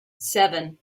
seven